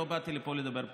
לא באתי לפה לדבר פוליטיקה.